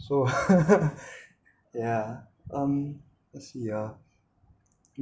so yeah um see ah